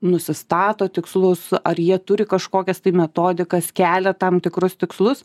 nusistato tikslus ar jie turi kažkokias metodikas kelia tam tikrus tikslus